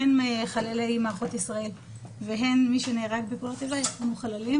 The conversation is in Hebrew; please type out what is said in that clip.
הן לחללי מערכות ישראל והן למי שנהרג בפעולות איבה ירשמו חללים